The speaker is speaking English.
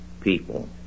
people